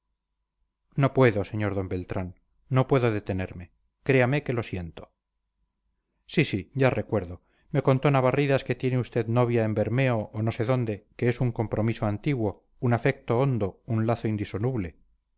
no puedo sr d beltrán no puedo detenerme créame que lo siento sí sí ya recuerdo me contó navarridas que tiene usted su novia en bermeo o no sé dónde que es un compromiso antiguo un afecto hondo un lazo indisoluble